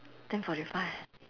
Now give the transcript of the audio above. ten forty five